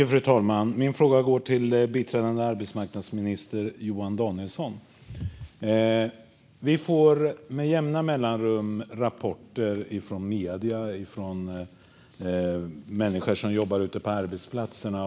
Fru talman! Min fråga går till biträdande arbetsmarknadsminister Johan Danielsson. Vi får med jämna mellanrum rapporter från medier och från människor som jobbar ute på arbetsplatserna.